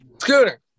Scooter